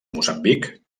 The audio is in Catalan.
moçambic